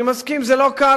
אני מסכים, זה לא קל.